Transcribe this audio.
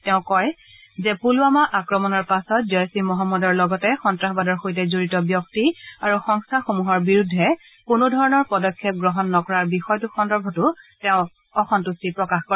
তেওঁ কয় যে পুলৱামা আক্ৰমণৰ পাছত জইছ ই মহম্মদৰ লগতে সন্ত্ৰাসবাদৰ সৈতে জড়িত ব্যক্তি আৰু সংস্থাসমূহৰ বিৰুদ্ধে কোনো ধৰণৰ পদক্ষেপ গ্ৰহণ নকৰাৰ বিষয়টো সন্দৰ্ভতো তেওঁ অসম্ভাষ্টি প্ৰকাশ কৰে